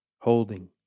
holding